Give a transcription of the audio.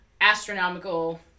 astronomical